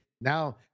now